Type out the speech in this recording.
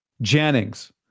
Jennings